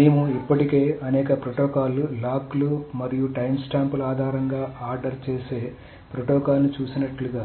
మేము ఇప్పటికే అనేక ప్రోటోకాల్లు లాక్లు మరియు టైమ్స్టాంప్ల ఆధారంగా ఆర్డర్ చేసే ప్రోటోకాల్ని చూసినట్లుగా